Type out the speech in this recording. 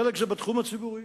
חלק זה בתחום הציבורי.